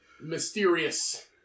mysterious